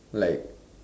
like